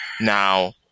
Now